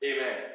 Amen